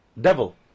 devil